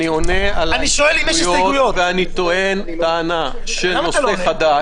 אני עונה על ההסתייגויות ואני טוען טענה של נושא חדש